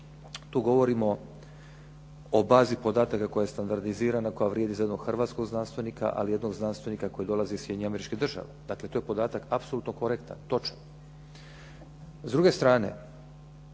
tu govorimo o bazi podataka koja je standardizirana, koja vrijedi za jednog hrvatskog znanstvenika ali i jednog znanstvenika koji dolazi iz Sjedinjenih Američkih Država. Dakle, to je podatak apsolutno korektan, točan.